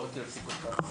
לא רציתי להפסיק אותך,